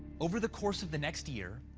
over the course of the next year,